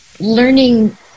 learning